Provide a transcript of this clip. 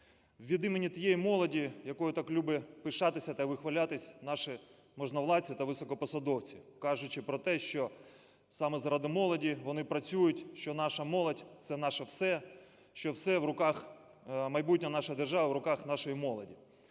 Від імені тієї молоді, якою так люблять пишатися та вихвалятися наші можновладці та високопосадовці, кажучи про те, що саме заради молоді вони працюють, що наша молодь – це наше все, що майбутнє нашої держави в руках нашої молоді,